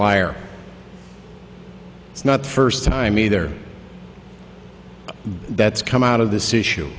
it's not the first time either that's come out of this issue